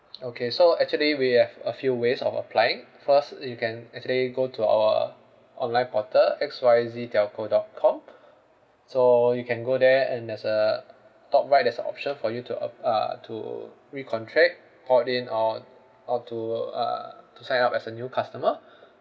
okay so actually we have a few ways of applying first you can actually go to our online portal X Y Z telco dot com so you can go there and there's a top right there's a option for you to app~ uh to recontract port in or or to uh to sign up as a new customer